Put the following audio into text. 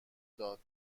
داد